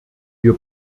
wir